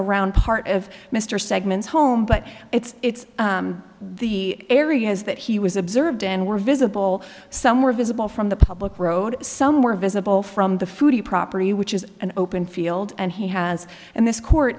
around part of mr segment's home but it's the areas that he was observed and were visible some were visible from the public road some were visible from the foodie property which is an open field and he has and this court